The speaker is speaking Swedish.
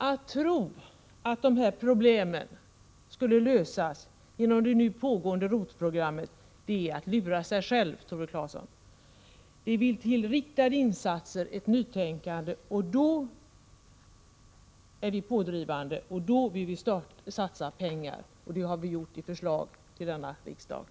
Att tro att dessa problem löses genom det nu pågende ROT-programmet är att lura sig själv, Tore Claeson. Det vill till riktade insatser och ett nytänkande. I det sammanhanget är vi pådrivande och vill att staten satsar pengar, vilket vi också har föreslagit riksdagen under detta riksmöte.